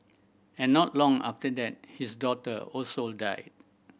and not long after that his daughter also died